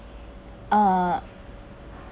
uh